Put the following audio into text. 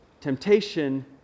temptation